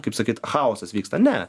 kaip sakyt chaosas vyksta ne